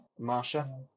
Marsha